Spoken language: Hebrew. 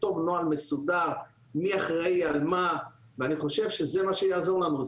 לכתוב נוהל מסודר מי אחראי על מה ואני חושב שזה מה שיעזור לנו.